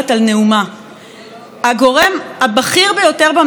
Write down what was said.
הגורם הבכיר ביותר בממשלה שאמון על אכיפת החוק,